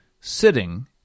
Sitting